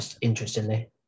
Interestingly